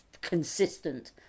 consistent